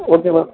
okay ma'am